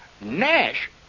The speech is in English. Nash